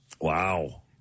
Wow